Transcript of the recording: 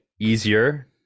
easier